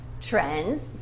trends